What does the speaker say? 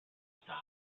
style